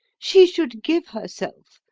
she should give herself,